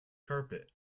carpet